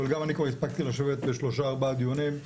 אבל גם אני כבר הספקתי לשבת בשלושה-ארבעה דיונים,